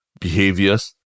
behaviors